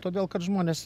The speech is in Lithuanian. todėl kad žmonės